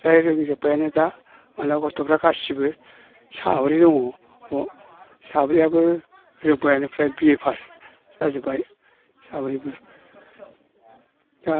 फ्राय रोंजोबबायानो दा आंना गथ'फ्रा गासैबो साब्रै दङ न'आव साब्रैआबो रोंबाय इनिफ्राय बिए पास जाजोब्बाय साब्रैबो दा